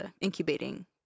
incubating